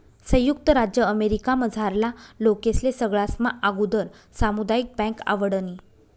संयुक्त राज्य अमेरिकामझारला लोकेस्ले सगळास्मा आगुदर सामुदायिक बँक आवडनी